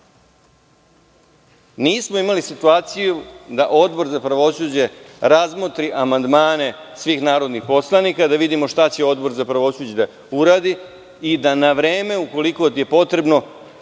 Nismo imali situaciju da Odbor za pravosuđe razmotri amandmane svih narodnih poslanika, da vidimo šta će Odbor za pravosuđe da uradi i da na vreme ukoliko je potrebno